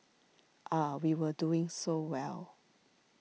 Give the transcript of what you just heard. ah we were doing so well